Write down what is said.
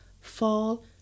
fall